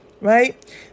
right